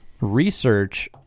research